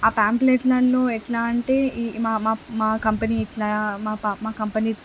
ఆ ప్యాంప్లెట్లల్లో ఎట్లా అంటే ఈ మా మా మా కంపెనీ ఇట్లా మా ప మా కంపెనీ